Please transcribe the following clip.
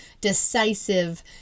decisive